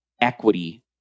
equity